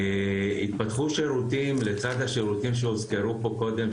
התפתחו שירותים לצד השירותים שהוזכרו פה קודם,